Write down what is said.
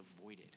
avoided